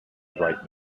write